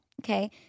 okay